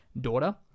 daughter